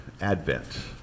advent